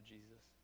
Jesus